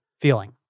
feeling